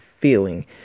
feeling